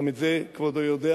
גם את זה כבודו יודע,